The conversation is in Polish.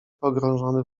pogrążony